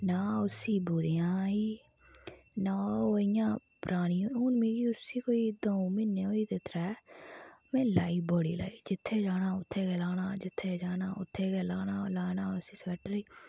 ना उसी बूरेआ आई ना ओह् इंया परानी हून मिगी उसी कोई दंऊ म्हीने होई गेदे त्रैऽ ओह् लाई बड़ी लाई जित्थें जाना उत्थें गै लाना जित्थें जाना उत्थें गै लाना लाना उसी स्वेटरै गी